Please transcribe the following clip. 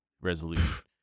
resolution